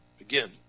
again